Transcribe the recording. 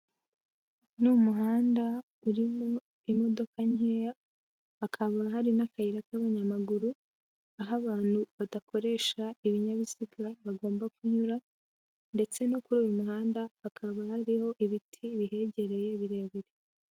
Uyu ni umuhanda urimo imodoka nkeya, hakaba hari n'akayira k'abanyamaguru, aho abantu badakoresha ibinyabiziga bagomba kunyura ndetse no kuri uyu umuhanda hakaba hariho ibiti bihegereye birebire.